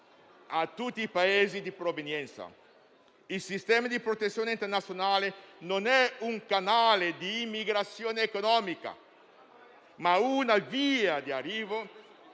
a tutti i Paesi di provenienza. Il sistema di protezione internazionale non è un canale di immigrazione economica, ma una via di arrivo